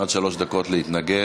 עד שלוש דקות להתנגד.